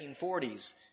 1940s